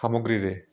সামগ্ৰীৰে